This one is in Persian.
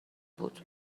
بود